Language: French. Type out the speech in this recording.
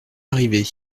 larrivé